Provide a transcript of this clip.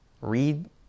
read